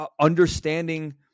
understanding